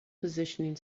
positioning